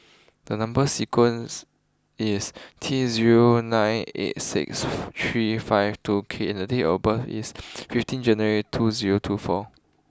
the number sequence is T zero nine eight six three five two K and date of birth is fifteen January two zero two four